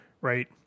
right